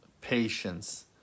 patience